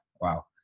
wow